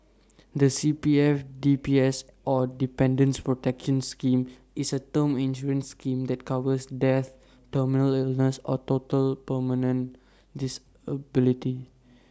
the CPF DPS or Dependants protection scheme is A term insurance scheme that covers death terminal illness or total permanent disability